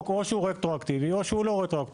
או שהוא רטרואקטיבי או שהוא לא רטרואקטיבי.